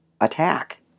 attack